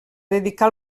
dedicar